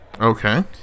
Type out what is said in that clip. okay